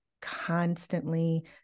constantly